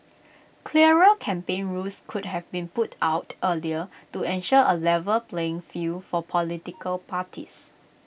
clearer campaign rules could have been put out earlier to ensure A level playing field for political parties